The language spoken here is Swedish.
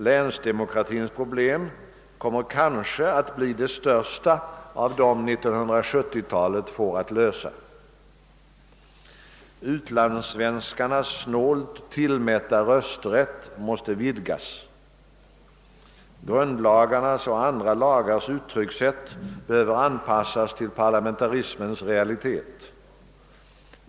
Länsdemokratins problem kommer kanske att bli det största av dem 1970-talet får att lösa. Utlandssvenskarnas snålt tillmätta rösträtt måste vidgas, grundlagarnas och andra lagars uttryckssätt behöver anpassas till parlamentarismens realitet.